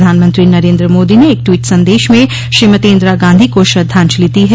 प्रधानमंत्री नरेंद्र मोदी ने एक टवीट संदेश में श्रीमती इंदिरा गांधी को श्रद्वाजलि दी है